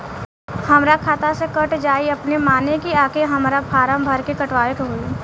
हमरा खाता से कट जायी अपने माने की आके हमरा फारम भर के कटवाए के होई?